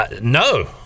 no